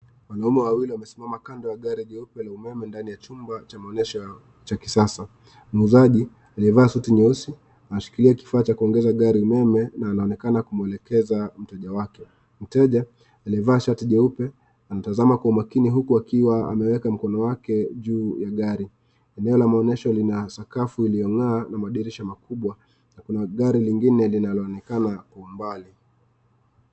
Wanaume wawili wamesimama kando ya gari jeupe la umeme ndani ya chumba cha maonyesho cha kisasa. Muuzaji aliyevaa suti nyeusi, anashikilia kifaa cha kuongeza gari umeme na anaonekana kumuelekeza mteja wake. Mteja aliyevaa shati jeupe, anatazama kwa umakini huku akiwa ameweka mkono wake juu ya gari. Eneo la maonyesho lina sakafu iliyong'aa, na madirisha makubwa ,na kuna gari lingine linaloonekana kwa umbali.